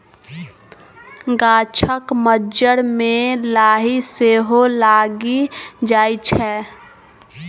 गाछक मज्जर मे लाही सेहो लागि जाइ छै